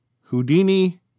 Houdini